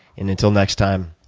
and until next time,